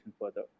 further